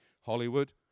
Hollywood